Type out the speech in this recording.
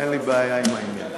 אין לי בעיה עם העניין.